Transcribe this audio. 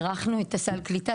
הארכנו את סל הקליטה,